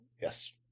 Yes